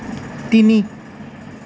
তিনি